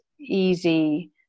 easy